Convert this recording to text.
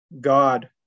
God